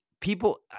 people